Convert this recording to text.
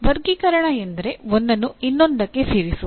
ವರ್ಗೀಕರಣ ಎಂದರೆ ಒಂದನ್ನು ಇನ್ನೊಂದಕ್ಕೆ ಸೇರಿಸುವುದು